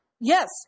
Yes